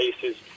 cases